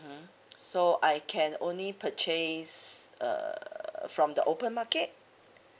hmm so I can only purchase err from the open market